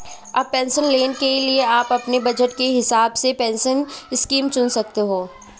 अब पेंशन लेने के लिए आप अपने बज़ट के हिसाब से पेंशन स्कीम चुन सकते हो